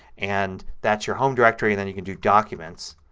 and that's your home directory, and then you can do documents.